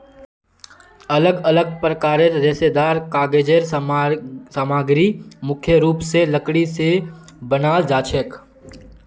अलग अलग प्रकारेर रेशेदार कागज़ेर सामग्री मुख्य रूप स लकड़ी स बनाल जाछेक